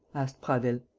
asked prasville.